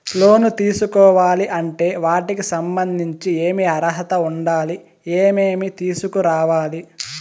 లోను తీసుకోవాలి అంటే వాటికి సంబంధించి ఏమి అర్హత ఉండాలి, ఏమేమి తీసుకురావాలి